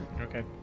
Okay